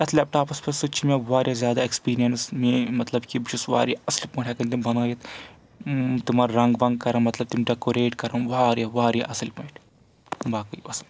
اَتھ لیپ ٹاپَس پؠٹھ سۭتۍ چھِ مےٚ واریاہ زیادٕ اؠکٕسپیٖریَنٕس میٲنۍ مطلب کہِ بہٕ چھُس واریاہ اَصٕل پٲٹھۍ ہؠکَان تِم بَنٲیِتھ تِمَن رنٛگ ونٛگ کران مطلب تِم ڈؠکوریٹ کَرَان واریاہ واریاہ اَصٕل پٲٹھۍ باقٕے وَسلام